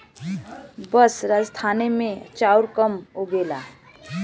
बस राजस्थाने मे चाउर कम उगेला